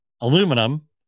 aluminum